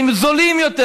והם זולים יותר,